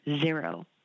zero